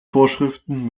vorschriften